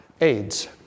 AIDS